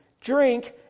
drink